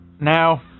Now